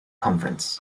conference